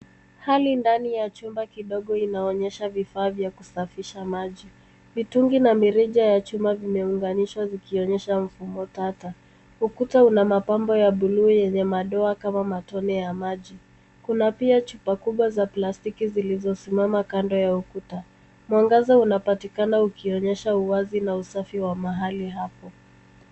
Hali ndani ya chumba kidogo inaonyesha vifaa vya kusafisha maji. Mitungi na mirija ya chuma vimeunganishwa vikionyesha mfumo tata. Ukuta una mapambo ya bluu yenye madoa kama matone ya maji. Kuna pia chupa kubwa za plastiki zilizosimama kando ya ukuta. Mwangaza unapatikana ukionyesha uwazi na usafi wa mahali hapo.